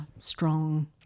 Strong